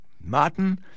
Martin